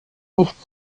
nichts